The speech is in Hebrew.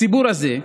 הציבור הזה,